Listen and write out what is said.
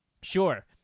Sure